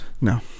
No